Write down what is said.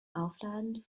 aufladen